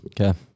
Okay